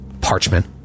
parchment